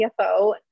CFO